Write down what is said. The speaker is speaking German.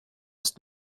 ist